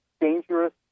dangerous